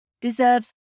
deserves